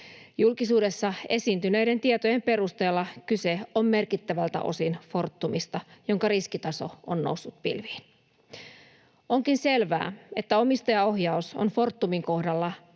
Julkisuudessa esiintyneiden tietojen perusteella kyse on merkittävältä osin Fortumista, jonka riskitaso on noussut pilviin. Onkin selvää, että omistajaohjaus on Fortumin kohdalla epäonnistunut